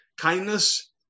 kindness